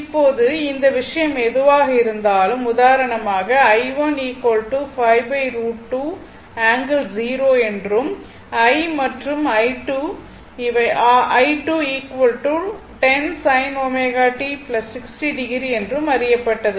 இப்போது இந்த விஷயம் எதுவாக இருந்தாலும் உதாரணமாக i1 5 √2 ∠0o என்றும் I மற்றும் i2 r i2 r 10 sin ω t 60o என்றும் அறியப்பட்டது